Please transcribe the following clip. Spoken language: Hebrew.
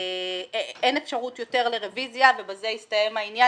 אין אפשרות יותר לרביזיה ובזה יסתיים העניין